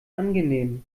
angenehm